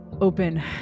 open